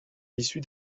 l’issue